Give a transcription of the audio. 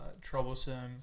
troublesome